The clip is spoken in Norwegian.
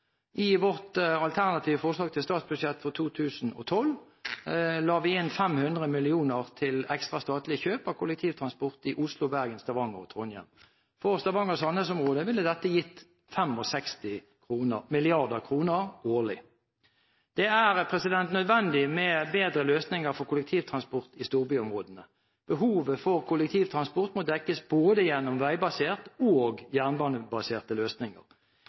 I vårt alternative forslag til statsbudsjett for 2012 la vi inn 500 mill. kr til ekstra statlig kjøp av kollektivtransport i Oslo, Bergen, Stavanger og Trondheim. For Stavanger–Sandnes-området ville dette gitt 65 mrd. kr årlig. Det er nødvendig med bedre løsninger for kollektivtransport i storbyområdene. Behovet for kollektivtransport må dekkes både gjennom veibaserte og gjennom jernbanebaserte løsninger.